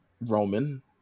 Roman